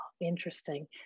interesting